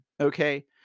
okay